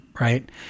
right